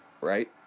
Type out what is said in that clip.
right